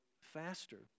faster